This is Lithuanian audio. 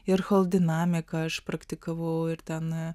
ir choldinamiką aš praktikavau ir ten